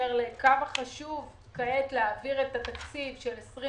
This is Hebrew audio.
באשר לכמה חשוב כעת להעביר את התקציב של 2021